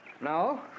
No